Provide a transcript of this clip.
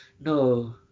No